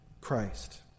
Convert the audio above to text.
Christ